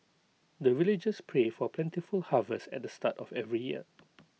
the villagers pray for plentiful harvest at the start of every year